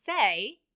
say